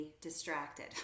distracted